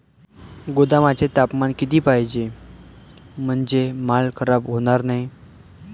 गोदामाचे तापमान किती पाहिजे? म्हणजे माल खराब होणार नाही?